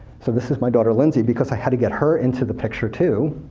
so this is my daughter, lindsay, because i had to get her into the picture, too.